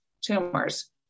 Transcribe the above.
tumors